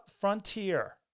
Frontier